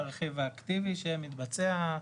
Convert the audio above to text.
על הרכיב האקטיבי שמתבצע,